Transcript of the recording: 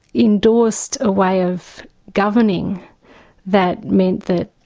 endorsed a way of governing that meant that